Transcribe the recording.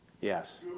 Yes